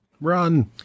run